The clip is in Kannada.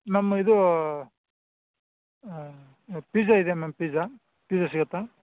ಮ್ಯಾಮ್ ಇದು ಪಿಜಾ ಇದೆಯಾ ಮ್ಯಾಮ್ ಪಿಜಾ ಪಿಜಾ ಸಿಗುತ್ತಾ